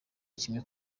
kimwe